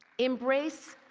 embrace